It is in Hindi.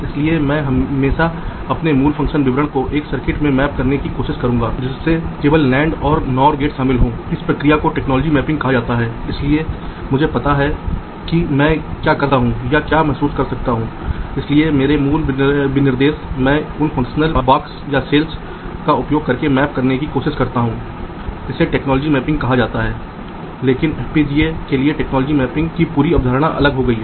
इसलिए हालांकि उन्हें अलग अलग रंगों में दिखाया गया है लेकिन कहीं भी अंतरविरोध नहीं हैं दो पेड़ हैं जो एक कंघी की तरह हैं उन्हें इंटर डिजिटेड ट्री कहा जाता है वे इंटरसेक्ट नहीं कर रहे हैं लेकिन वे साथ साथ स्थापित हो रहे हैं